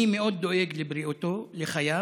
אני מאוד דואג לבריאותו, לחייו.